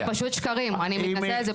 זה פשוט שקרים, אני מתנצלת.